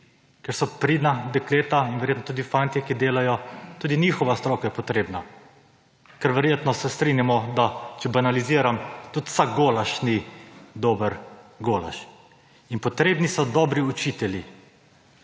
ker so pridna dekleta in verjetno tudi fantje, ki delajo, tudi njihova stroka je potrebna, ker verjetno se strinjamo, da če banaliziram, tudi vsak golaž ni dober golaž in potrebni so dobri učitelji.